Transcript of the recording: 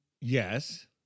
Yes